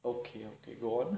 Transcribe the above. okay okay go on